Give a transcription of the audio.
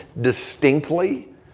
distinctly